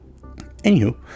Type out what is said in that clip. Anywho